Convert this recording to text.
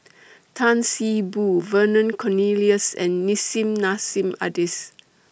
Tan See Boo Vernon Cornelius and Nissim Nassim Adis